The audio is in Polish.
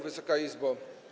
Wysoka Izbo!